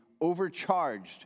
overcharged